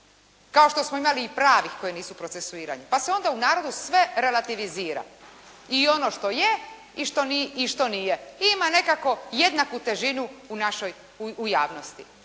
kao što smo imali i pravih koji nisu procesuirani pa se onda u narodu sve relativizira i ono što nije i što nije, i ima nekako jednaku težinu u javnosti.